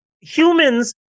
humans